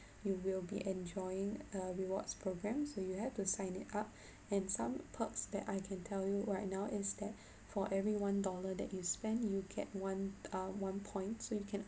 you will be enjoying a rewards programme so you have to sign it up and some perks that I can tell you right now is that for every one dollar that you spend you get one uh one point so you can